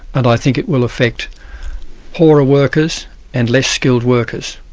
and i think it will affect poorer workers and less skilled workers.